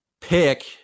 pick –